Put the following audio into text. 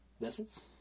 Vessels